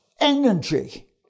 energy